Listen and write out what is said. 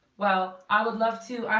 well i would love to,